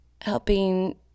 helping